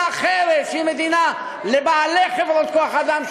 אחרת שהיא מדינה של בעלי חברות כוח-אדם,